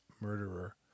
murderer